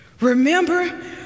Remember